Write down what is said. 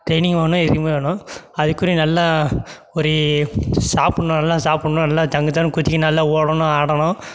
training வேணும் எதுவுமே வேணும் அதுக்குரிய நல்லா ஒரு சாப்பிடணும் நல்லா சாப்பின்ணும் நல்லா ஜங்கு ஜங்குன்னு குதிச்சுக்கினு நல்லா ஓடணும் ஆடணும்